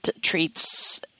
treats –